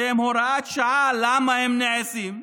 שהם הוראת שעה, למה הם נעשים?